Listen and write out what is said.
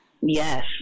Yes